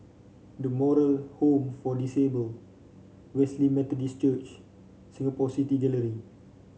The Moral Home for Disabled Wesley Methodist Church Singapore City Gallery